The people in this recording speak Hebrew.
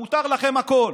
מותר לכם הכול.